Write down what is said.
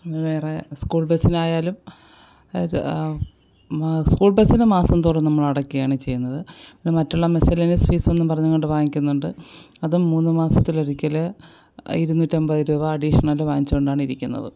പിന്നെ വേറെ സ്കൂൾ ബസ്സിലായാലും അത് സ്കൂൾ ബസ്സിന് മാസംതോറും നമ്മളടക്കയാണ് ചെയ്യുന്നത് പിന്നെ മറ്റുള്ള മിസെല്ലെനിയസ് ഫീസെന്നും പറഞ്ഞുംകൊണ്ട് വാങ്ങിക്കുന്നുണ്ട് അതും മൂന്ന് മാസത്തിലൊരിക്കല് ഇരുനൂറ്റി അമ്പത് രൂപ അഡിഷനല് വാങ്ങിച്ചുകൊണ്ടാണ് ഇരിക്കുന്നത്